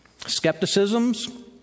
skepticisms